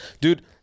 Dude